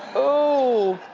oh,